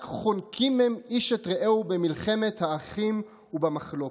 רק חונקים הם איש את רעהו במלחמת האחים ובמחלוקת".